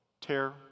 tear